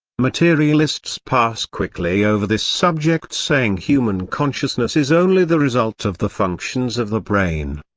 materialists pass quickly over this subject saying human consciousness is only the result of the functions of the brain.